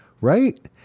right